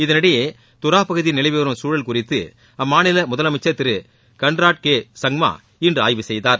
இதனிடையே தூரா பகுதியில் நிலவி வரும் சூழல் குறிதது அம்மாநில் முதலமைச்சர் திரு கர்னாட் கே சங்மா இன்று ஆய்வு செய்தார்